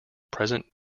present